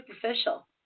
superficial